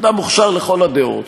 אדם מוכשר לכל הדעות,